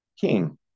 king